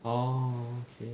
oh okay